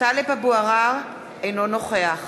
טלב אבו עראר, אינו נוכח